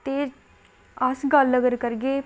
ते अस गल्ल अगर करगे